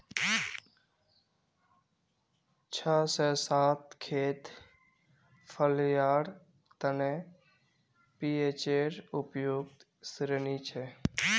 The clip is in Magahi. छह से सात खेत फलियार तने पीएचेर उपयुक्त श्रेणी छे